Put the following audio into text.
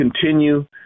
continue